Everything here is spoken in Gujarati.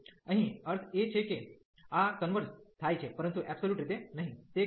તેથી અહીં અર્થ એ છે કે આ કન્વર્ઝ થાય છે પરંતુ એબ્સોલ્યુટ રીતે નહીં